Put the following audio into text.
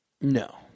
No